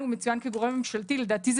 בהצעה הוא מצוין כגורם ממשלתי ולדעתי זה